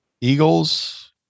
Eagles